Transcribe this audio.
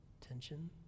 Tension